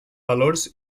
valors